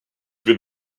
been